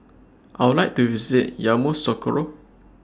I Would to visit Yamoussoukro